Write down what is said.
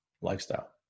lifestyle